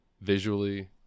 visually